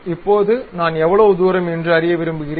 இப்போது நான் எவ்வளவு தூரம் என்று அறிய விரும்புகிறேன்